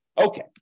Okay